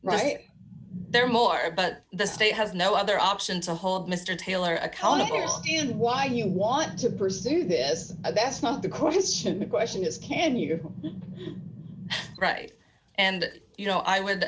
that there are more but the state has no other option to hold mr taylor accountable why you want to pursue this that's not the question the question is can you write and you know i would